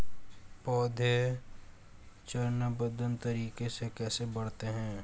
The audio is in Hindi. पौधे चरणबद्ध तरीके से कैसे बढ़ते हैं?